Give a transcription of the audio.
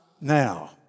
now